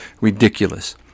ridiculous